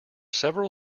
several